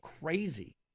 crazy